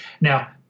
Now